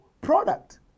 product